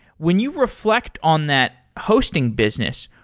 when you reflect on that hosting business,